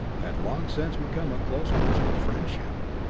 had long since become a close personal friendship.